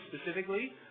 specifically